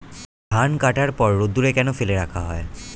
ধান কাটার পর রোদ্দুরে কেন ফেলে রাখা হয়?